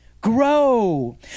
grow